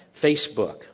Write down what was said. Facebook